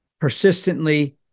persistently